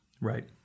Right